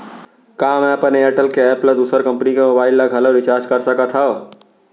का मैं अपन एयरटेल के एप ले दूसर कंपनी के मोबाइल ला घलव रिचार्ज कर सकत हव?